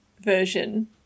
version